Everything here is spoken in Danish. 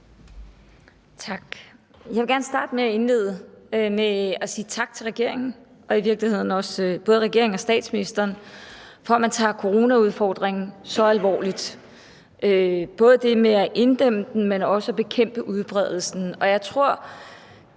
Tak. Jeg vil gerne indlede med at sige tak til både regeringen og statsministeren for, at man tager coronaudfordringen så alvorligt, både det med at inddæmme den, men også at bekæmpe udbredelsen, og jeg tror,